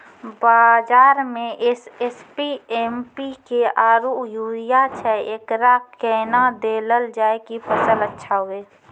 बाजार मे SSP, MPK आरु यूरिया छैय, एकरा कैना देलल जाय कि फसल अच्छा हुये?